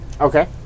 Okay